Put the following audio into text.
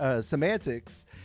Semantics